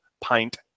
pint